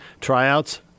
tryouts